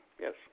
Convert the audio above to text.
Yes